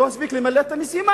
הוא לא הספיק למלא את המשימה,